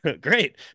great